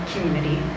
community